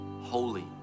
holy